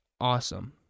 awesome